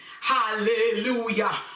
hallelujah